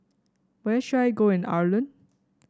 where should I go in Ireland